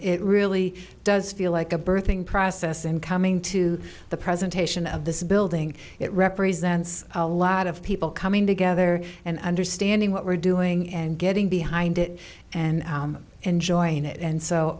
it really does feel like a birthing process and coming to the presentation of this building it represents a lot of people coming together and understanding what we're doing and getting behind it and enjoying it and so